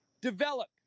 develop